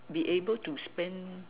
be able to spend